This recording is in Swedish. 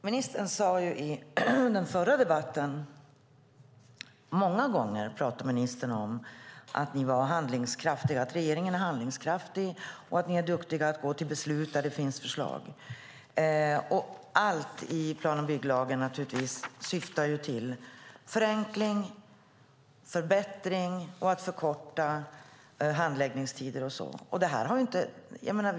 Herr talman! I den förra debatten talade ministern många gånger om att regeringen är handlingskraftig och duktig på att gå till beslut där det finns förslag och att allt i plan och bygglagen syftar till förenkling och förbättring och till att förkorta handläggningstider med mera.